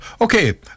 Okay